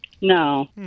No